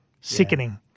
sickening